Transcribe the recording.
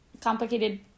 complicated